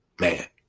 man